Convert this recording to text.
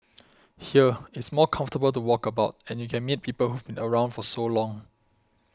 here it's more comfortable to walk about and you can meet people who've been around for so long